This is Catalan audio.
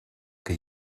que